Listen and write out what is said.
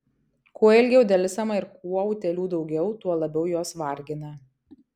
kuo ilgiau delsiama ir kuo utėlių daugiau tuo labiau jos vargina